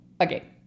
Okay